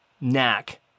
knack